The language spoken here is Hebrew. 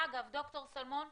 דוקטור שלמון,